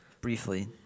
briefly